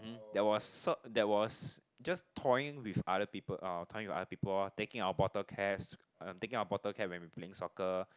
mm there was sort there was just toying with other people or toying with other people orh taking our bottle caps uh taking our bottle cap when we playing soccer